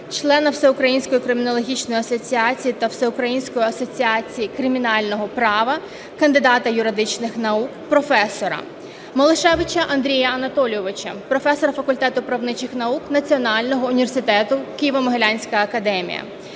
члена Всеукраїнської кримінологічної асоціації та Всеукраїнської асоціації кримінального права, кандидата юридичних наук, професора; Мелешевича Андрія Анатолійовича, професора факультету правничих наук Національного університету "Києво-Могилянська академія";